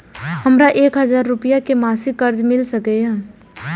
हमरा एक हजार रुपया के मासिक कर्ज मिल सकिय?